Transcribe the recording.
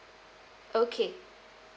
okay